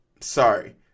sorry